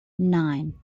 nine